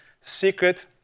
secret